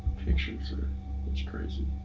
pictures are what's crazy.